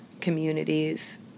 communities